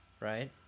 right